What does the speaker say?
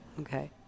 Okay